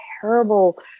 terrible